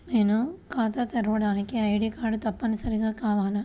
నేను ఖాతా తెరవడానికి ఐ.డీ కార్డు తప్పనిసారిగా కావాలా?